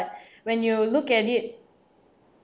when you look at it